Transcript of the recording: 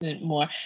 more